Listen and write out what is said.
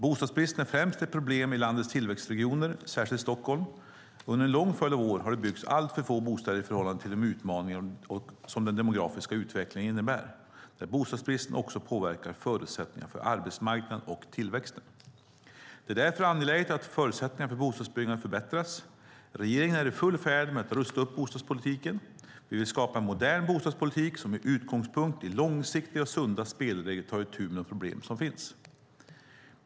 Bostadsbristen är främst ett problem i landets tillväxtregioner, särskilt i Stockholm. Under en lång följd av år har det byggts alltför få bostäder i förhållande till de utmaningar som den demografiska utvecklingen innebär, där bostadsbristen också påverkar förutsättningarna för arbetsmarknaden och tillväxten. Det är därför angeläget att förutsättningarna för bostadsbyggande förbättras. Regeringen är i full färd med att rusta upp bostadspolitiken. Vi vill skapa en modern bostadspolitik som med utgångspunkt i långsiktiga och sunda spelregler tar itu med de problem som finns.